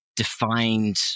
defined